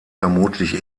vermutlich